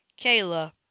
Kayla